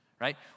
right